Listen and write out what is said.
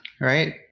right